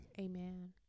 Amen